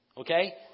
Okay